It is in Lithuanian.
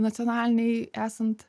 nacionaliniai esant